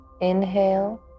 inhale